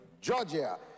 Georgia